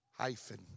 Hyphen